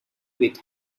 with